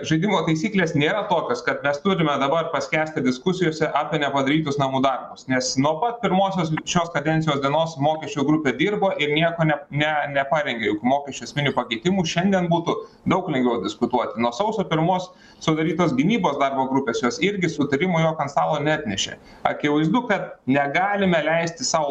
žaidimo taisyklės nėra tokios kad mes turime dabar paskęsti diskusijose apie nepadarytus namų darbus nes nuo pat pirmosios šios kadencijos dienos mokesčio grupė dirbo ir nieko ne ne neparengė jokių mokesčių esminių pakeitimų šiandien būtų daug lengviau diskutuoti nuo sausio pirmos sudarytos gynybos darbo grupės jos irgi sutarimo jokio ant stalo neatnešė akivaizdu kad negalime leisti sau